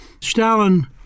Stalin